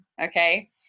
Okay